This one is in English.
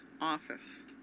office